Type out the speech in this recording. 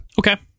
Okay